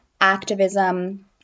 Activism